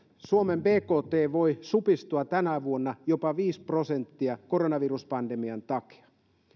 suomen bkt voi supistua tänä vuonna jopa viisi prosenttia koronaviruspandemian takia